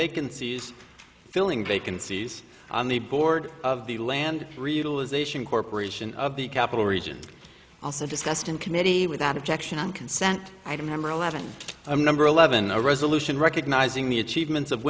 vacancies filling vacancies on the board of the land realisation corporation of the capitol region also discussed in committee without objection on consent i remember eleven i'm number eleven a resolution recognizing the achievements of